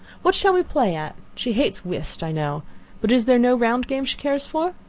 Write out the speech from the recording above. what shall we play at? she hates whist i know but is there no round game she cares for?